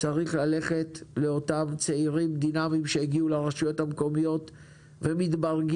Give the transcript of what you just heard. צריך ללכת לאותם צעירים דינמיים שהגיעו לרשויות המקומיות ומתברגים